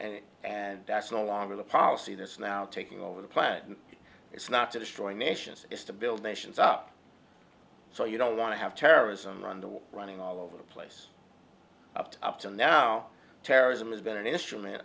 and and that's no longer the policy that's now taking over the planet and it's not to destroy nations is to build nations up so you don't want to have terrorism around the world running all over the place up to up to now terrorism has been an instrument